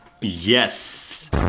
Yes